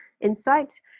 insight